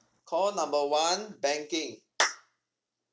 call number one banking